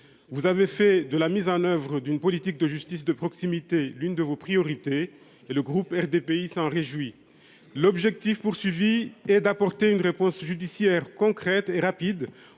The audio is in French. Vous avez fait de la mise en oeuvre d'une politique de justice de proximité l'une de vos priorités et le groupe RDPI s'en réjouit. L'objectif poursuivi est d'apporter une réponse judiciaire concrètes et rapides